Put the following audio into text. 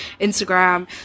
instagram